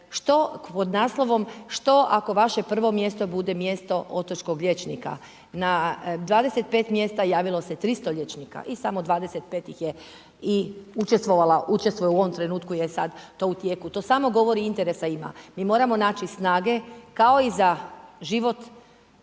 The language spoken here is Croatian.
što pod naslovom: „Što ako vaše prvo mjesto bude mjesto otočkog liječnika?“. Na 25 mjesta javilo se 300 liječnika i samo 25 ih je i učestvovala, učestvuje u ovom trenutku je sad u tijeku. To samo govori interesa ima. Mi moramo naći snage kao i za život